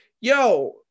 yo